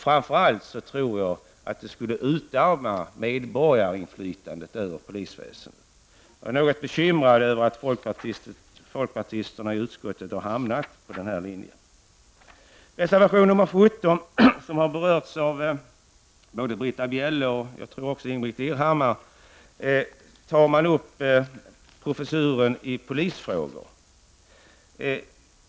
Framför allt tror jag att det skulle utarma medborgarinflytandet över polisväsendet. Jag är något bekymrad över att folkpartisterna i utskottet har hamnat på denna linje. Reservation nr 17 har berörts av Britta Bjelle och jag tror även av Ingbritt Irhammar. I denna reservation tar man upp professuren i polisfrågor.